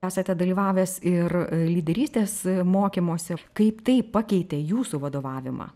esate dalyvavęs ir lyderystės mokymuose kaip tai pakeitė jūsų vadovavimą